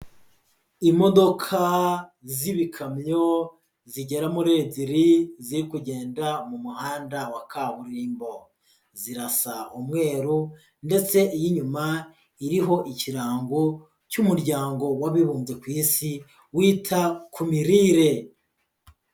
Imodoka z'ibikamyo zigera muri ebyiri ziri kugenda mu muhanda wa kaburimbo. Zirasa umweru ndetse iy'inyuma iriho ikirango cy'umuryango w'abibumbye ku Isi wita ku mirire.